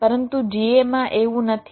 પરંતુ GA માં એવું નથી